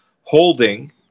holding